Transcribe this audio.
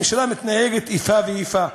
הממשלה עושה איפה ואיפה.